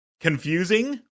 confusing